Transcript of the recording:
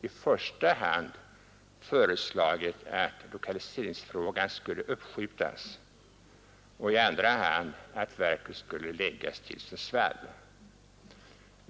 i första hand föreslagit att lokaliseringsfrågan skall uppskjutas och i andra hand att verket skall förläggas till Sundsvall.